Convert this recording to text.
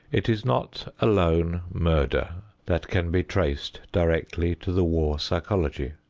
it is not alone murder that can be traced directly to the war psychology.